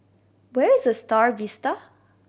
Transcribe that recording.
where is The Star Vista